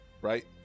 Right